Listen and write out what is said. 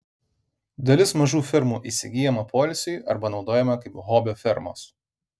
dalis mažų fermų įsigyjama poilsiui arba naudojama kaip hobio fermos